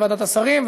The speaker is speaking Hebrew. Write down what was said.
לוועדת השרים,